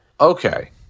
Okay